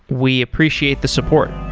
we appreciate the support